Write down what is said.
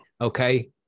Okay